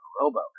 robo